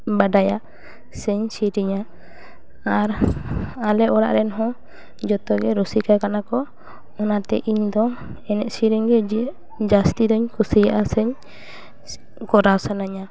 ᱵᱟᱰᱟᱭᱟ ᱥᱮᱧ ᱥᱮᱨᱮᱧᱟ ᱟᱨ ᱟᱞᱮ ᱚᱲᱟᱜ ᱨᱮᱱ ᱦᱚᱸ ᱡᱚᱛᱚ ᱜᱮ ᱨᱩᱥᱤᱠᱟ ᱠᱟᱱᱟ ᱠᱚ ᱚᱱᱟ ᱛᱮ ᱤᱧ ᱫᱚ ᱮᱱᱮᱡ ᱥᱮᱨᱮᱧ ᱜᱮ ᱡᱮ ᱡᱟᱹᱥᱛᱤ ᱫᱚᱧ ᱠᱩᱥᱤᱭᱟᱜ ᱥᱮᱧ ᱠᱚᱨᱟᱣ ᱥᱟᱱᱟᱧᱟ